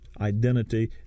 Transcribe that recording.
identity